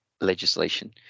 legislation